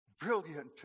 brilliant